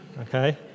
Okay